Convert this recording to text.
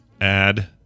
Add